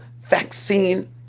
vaccine